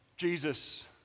Jesus